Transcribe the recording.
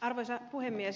arvoisa puhemies